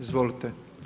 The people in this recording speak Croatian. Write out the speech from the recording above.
Izvolite.